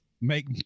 make